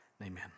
Amen